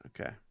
Okay